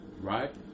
Right